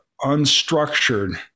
unstructured